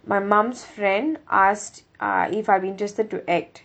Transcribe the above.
my mum's friend asked uh if I'm interested to act